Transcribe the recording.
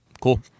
Cool